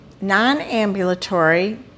non-ambulatory